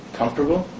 comfortable